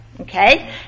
okay